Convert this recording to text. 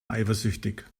eifersüchtig